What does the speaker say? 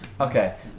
Okay